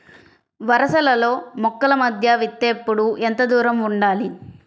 వరసలలో మొక్కల మధ్య విత్తేప్పుడు ఎంతదూరం ఉండాలి?